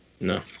No